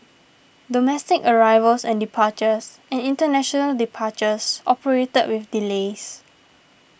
domestic arrivals and departures and international departures operated with delays